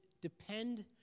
depend